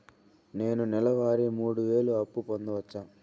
నేను నెల వారి మూడు వేలు అప్పు పొందవచ్చా?